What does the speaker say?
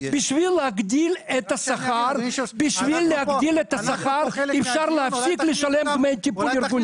בשביל להגדיל את השכר אפשר להפסיק לשלם דמי טיפול ארגוני.